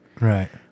right